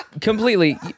completely